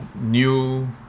new